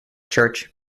church